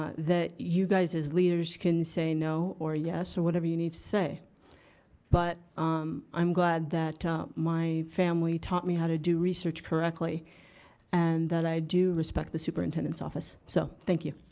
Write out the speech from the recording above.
ah that you guys as leaders can say no or yes or whatever you need to say but um i'm glad that ah my family taught me how to do research correctly and that i do respect the superintendent's office. so, thank you.